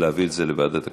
לוועדת הכספים.